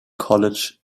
college